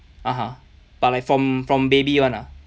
(uh huh) but Iike from from baby [one] ah